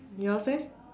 yours eh